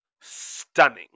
stunning